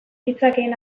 ditzakeen